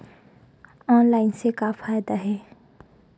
Online से का फ़ायदा हे?